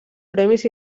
premis